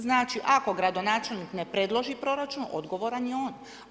Znači ako gradonačelnik ne predloži proračun odgovoran je on.